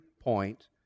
point